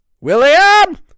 William